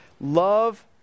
Love